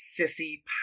sissy